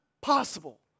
possible